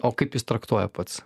o kaip jis traktuoja pats